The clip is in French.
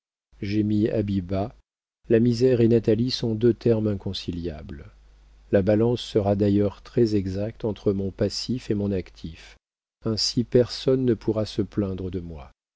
mis habit bas la misère et natalie sont deux termes inconciliables la balance sera d'ailleurs très exacte entre mon passif et mon actif ainsi personne ne pourra se plaindre de moi